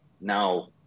now